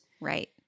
right